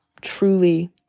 truly